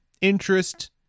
interest